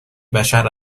بشر